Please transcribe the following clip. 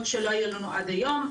מסגרות שלא היו לנו עד היום.